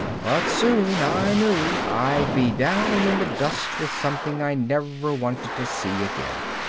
but soon, i knew, i'd be down in the dust with something i never wanted to see again.